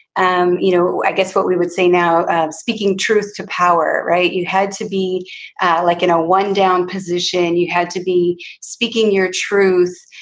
and you know i guess, what we would say now speaking truth to power, right. you had to be like in a one down position. you had to be speaking your truth,